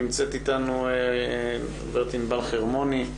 נמצאת אתנו גב' ענבל חרמוני,